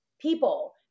people